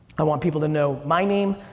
i want people to know my name,